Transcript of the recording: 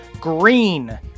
green